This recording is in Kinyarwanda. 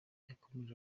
yakomeje